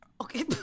okay